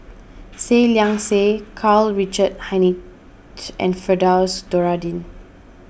Seah Liang Seah Karl Richard Hanitsch and Firdaus Nordin